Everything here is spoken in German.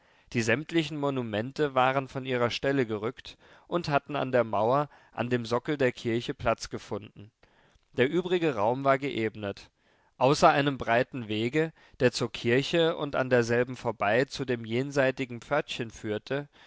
die sämtlichen monumente waren von ihrer stelle gerückt und hatten an der mauer an dem sockel der kirche platz gefunden der übrige raum war geebnet außer einem breiten wege der zur kirche und an derselben vorbei zu dem jenseitigen pförtchen führte